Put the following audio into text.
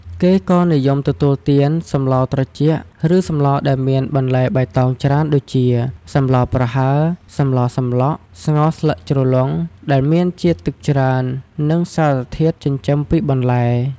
គេក៏និយមទទួលទាន សម្លត្រជាក់ឬសម្លដែលមានបន្លែបៃតងច្រើនដូចជា សម្លប្រហើរ សម្លសម្លក់ ស្ងោរស្លឹកជ្រលង់ ដែលមានជាតិទឹកច្រើន និងសារធាតុចិញ្ចឹមពីបន្លែ។